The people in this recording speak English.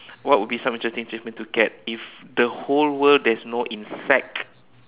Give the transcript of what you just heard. what would be some interesting achievement to get if the whole world there's no insect